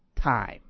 time